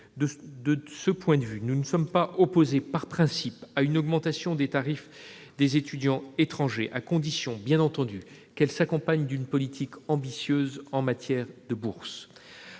De ce point de vue, nous ne sommes pas opposés, par principe, à une augmentation des tarifs des étudiants étrangers, à condition, bien entendu, qu'elle s'accompagne d'une politique ambitieuse pour l'octroi de bourses.